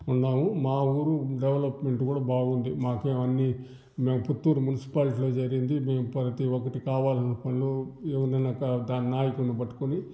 ఉన్నాము మా ఊరు డెవలప్మెంట్ కూడా బాగుంది మాకేం అన్ని మేం పుత్తూరు మున్సిపాలిటిలో చేరింది మేం ప్రతి ఒక్కటి కావాలనుకున్న ఎవరినన్నా దాని నాయకులను పట్టుకొని